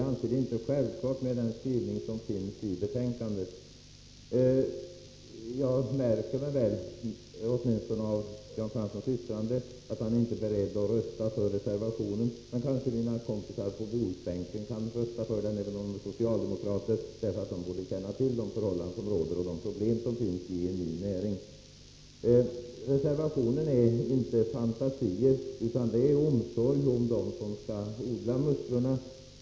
Av hans yttrande framgår emellertid att han inte är beredd att rösta för reservationen, men kanske mina kamrater på bohusbänken kan rösta för den även om de är socialdemokrater, eftersom de bör känna till de förhållanden som råder och de problem som finns i en ny näring. Reservationen är inte fantasier; den är omsorg om dem som skall odla musslorna.